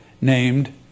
named